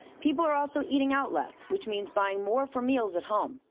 people are also eating out less which means buying more for males at home.